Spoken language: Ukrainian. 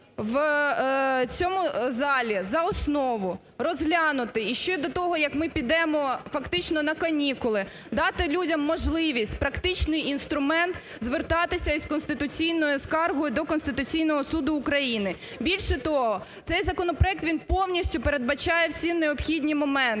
в цьому залі за основу, розглянути і ще до того, як ми підемо фактично на канікули, дати людям можливість, практичний інструмент звертатися із конституційною скаргою до Конституційного Суду України. Більше того, цей законопроект він повністю передбачає всі необхідні моменти.